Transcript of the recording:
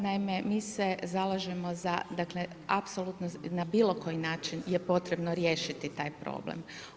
Naime, mi se zalažemo za dakle, apsolutno na bilo koji način je potrebno riješiti taj problem.